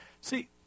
See